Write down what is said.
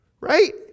right